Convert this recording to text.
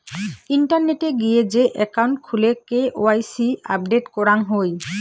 ইন্টারনেটে গিয়ে যে একাউন্ট খুলে কে.ওয়াই.সি আপডেট করাং হই